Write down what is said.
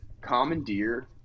commandeer